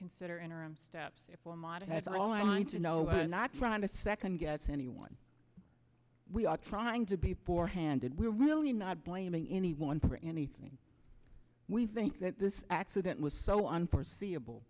consider interim steps if one model has all i want to know and i'm trying to second guess anyone we are trying to be poor handed we're really not blaming anyone for anything we think that this accident was so unforeseeable